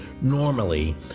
normally